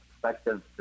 perspective